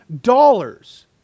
dollars